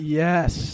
yes